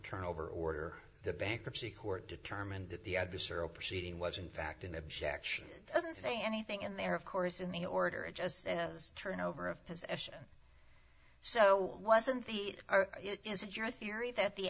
turnover order the bankruptcy court determined that the adversarial proceeding was in fact an objection doesn't say anything in there of course in the order of just as turnover of position so wasn't it is it your theory that the